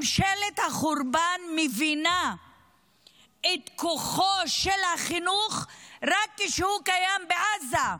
ממשלת החורבן מבינה את כוחו של החינוך רק כשהוא קיים בעזה.